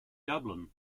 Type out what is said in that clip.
dublin